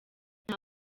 nta